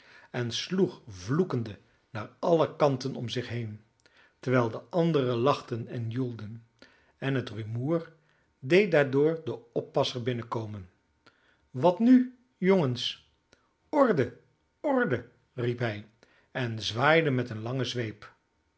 en sloeg vloekende naar alle kanten om zich heen terwijl de anderen lachten en joelden en het rumoer deed daardoor den oppasser binnenkomen wat nu jongens orde orde riep hij en zwaaide met een lange zweep